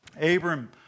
Abram